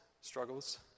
struggles